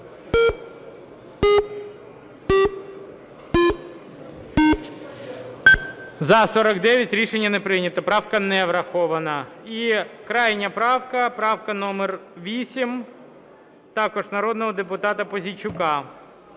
За-49 Рішення не прийнято. Правка не врахована. І крайня правка, правка номер 8, також народного депутата Пузійчука.